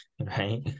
Right